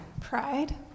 Pride